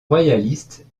royaliste